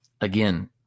again